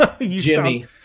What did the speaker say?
Jimmy